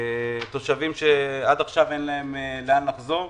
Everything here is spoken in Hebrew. תושבים שעד עכשיו אין להם לאן לחזור.